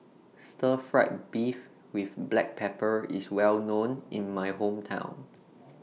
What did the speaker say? Stir Fried Beef with Black Pepper IS Well known in My Hometown